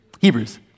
Hebrews